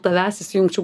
tavęs įsijungčiau